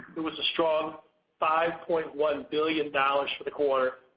it was a strong five point one billion dollars for the quarter,